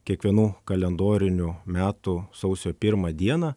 kiekvienų kalendorinių metų sausio pirmą dieną